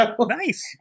Nice